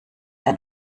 ein